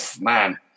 man